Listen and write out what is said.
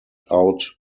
out